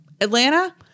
Atlanta